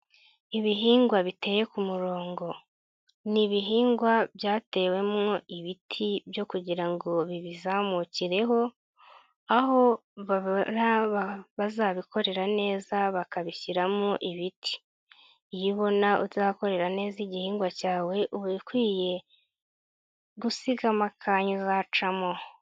Ibihingwa biteye ku murongo, ni ibihingwa byatewemwo ibiti byo kugira ngo bibizamukireho, ahoba bazabikorera neza bakabishyiramo ibiti iyibona uzakorera neza igihingwa cyawe ubakwiye gusigamo akanya uzacamo.